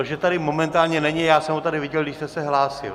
Že tady momentálně není já jsem ho tady viděl, když jste se hlásil.